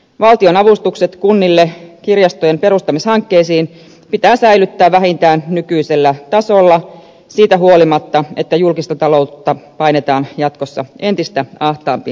valtionavustukset kunnille kirjastojen perustamishankkeisiin pitää säilyttää vähintään nykyisellä tasolla siitä huolimatta että julkista taloutta painetaan jatkossa entistä ahtaampiin raameihin